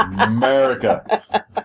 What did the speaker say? America